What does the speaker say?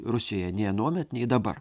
rusijoje nei anuomet nei dabar